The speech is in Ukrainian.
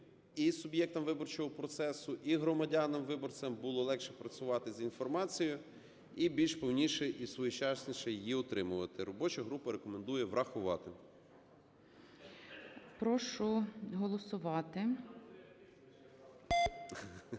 і суб'єктам виборчого процесу, і громадянам (виборцям) було легше працювати з інформацією і більш повніше і своєчасніше її отримувати. Робоча група рекомендує врахувати.